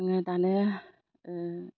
आङो दानो